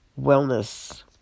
wellness